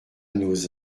nos